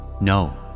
No